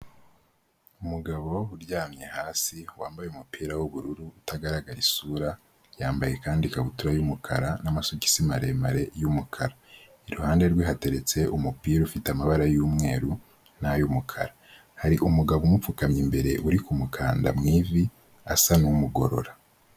Umugabo uryamye hasi wambaye umupira w'ubururu utagaragara isura, yambaye kandi ikabutura y'umukara n'amasogisi maremare y'umukara. Iruhande rwe hateretse umupira ufite amabara y'umweru n'ay'umukara. Hari umugabo umupfukamye imbere uri kumukanda mu ivi asa nk'umugorora.